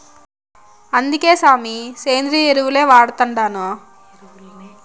అందుకే సామీ, సేంద్రియ ఎరువుల్నే వాడతండాను